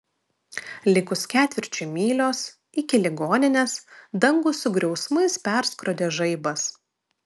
likus ketvirčiui mylios iki ligoninės dangų su griausmais perskrodė žaibas